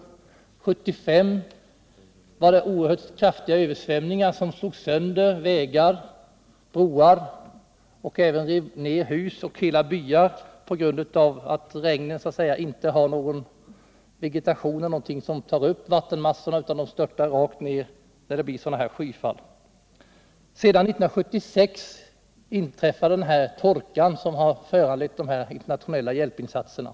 1975 var det oerhört kraftiga översvämningar, som slog sönder vägar och broar och även rev ner hus och hela byar på grund av att det inte finns någon vegetation eller liknande som tar upp vattenmassorna då det regnar, utan de störtar rakt ner när det blir sådana här skyfall. 1976 inträffade sedan den svåra torkan, som har föranlett de internationella hjälpinsatserna.